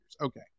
Okay